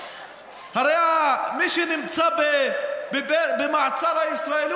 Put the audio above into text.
הרי מי שנמצא במאסר הישראלי,